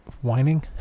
whining